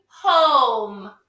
home